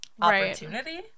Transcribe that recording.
opportunity